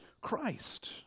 Christ